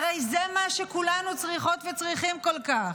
הרי זה מה שכולנו צריכות וצריכים כל כך.